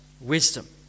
wisdom